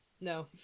No